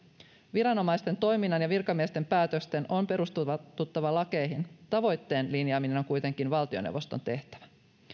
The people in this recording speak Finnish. viranomaisten toiminnan ja virkamiesten päätösten on perustuttava lakeihin tavoitteen linjaaminen on kuitenkin valtioneuvoston tehtävä